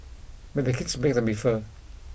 but the kids be the differ